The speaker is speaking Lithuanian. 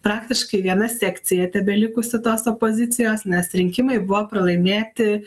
praktiškai viena sekcija tebelikusi tos opozicijos nes rinkimai buvo pralaimėti